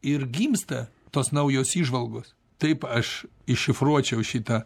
ir gimsta tos naujos įžvalgos taip aš iššifruočiau šitą